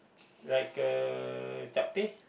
like uh chapteh